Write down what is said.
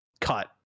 cut